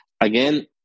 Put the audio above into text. again